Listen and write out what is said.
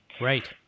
Right